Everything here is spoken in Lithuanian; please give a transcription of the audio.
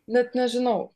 net nežinau